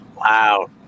Wow